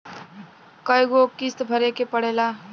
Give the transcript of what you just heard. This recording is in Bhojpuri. कय गो किस्त भरे के पड़ेला?